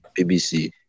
BBC